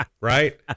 right